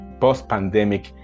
post-pandemic